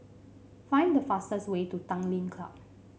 find the fastest way to Tanglin Club